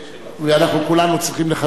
ואנחנו כולנו צריכים לחזק אותו.